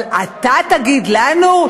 אבל אתה תגיד לנו?